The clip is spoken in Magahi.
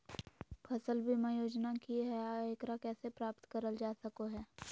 फसल बीमा योजना की हय आ एकरा कैसे प्राप्त करल जा सकों हय?